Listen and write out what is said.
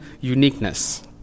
uniqueness